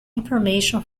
information